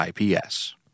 ips